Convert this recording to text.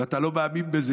ואתה לא מאמין בזה,